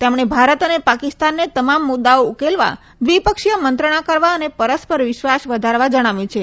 તેમણે ભારત અને પાકિસ્તાનને તમામ મુદ્દાઓ ઉકેલવા દ્વિપક્ષીય મંત્રણા કરવા અને પરસ્પર વિશ્વાસ વધારવા જણાવ્યું છે